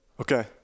Okay